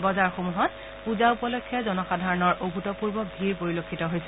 বজাৰসমূহত পুজা উপলক্ষে জনসাধাৰণৰ অভূতপূৰ্ব ভিৰ পৰিলক্ষিত হৈছে